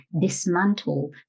dismantle